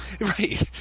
Right